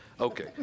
Okay